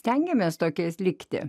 stengiamės tokiais likti